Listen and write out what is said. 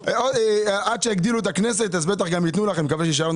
עד שיגדילו את הכנסת, אולי יהיה לך מקום.